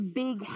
big